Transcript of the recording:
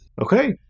Okay